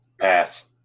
Pass